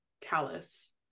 callous